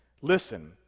Listen